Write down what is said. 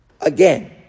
again